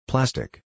Plastic